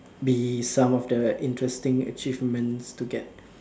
be some of the interesting achievements to get